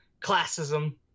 classism